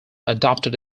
adopted